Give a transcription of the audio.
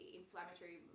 inflammatory